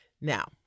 Now